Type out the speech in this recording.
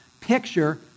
Picture